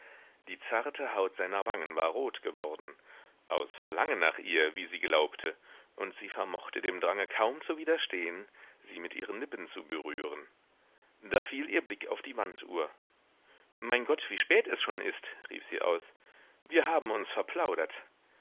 die zarte haut seiner wangen war rot geworden aus verlangen nach ihr wie sie glaubte und sie vermochte dem drange kaum zu widerstehen sie mit ihren lippen zu berühren da fiel ihr blick auf die wanduhr mein gott wie spät es schon ist rief sie aus wir haben uns verplaudert